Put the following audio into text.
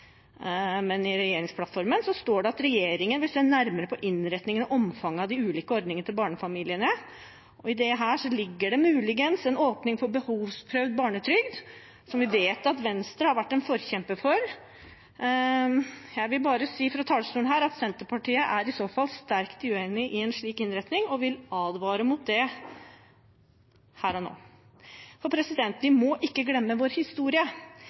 Men i regjeringsplattformen står det at regjeringen vil se nærmere på innretningen og omfanget av de ulike ordningene til barnefamiliene. I dette ligger det muligens en åpning for behovsprøvd barnetrygd, som vi vet at Venstre har vært en forkjemper for. Jeg vil bare si fra talerstolen her at Senterpartiet i så fall er sterkt uenig i en slik innretning, og vil advare mot det her og nå. For vi må ikke glemme vår historie.